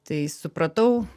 tai supratau